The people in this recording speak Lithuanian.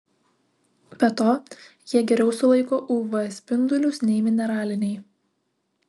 be to jie geriau sulaiko uv spindulius nei mineraliniai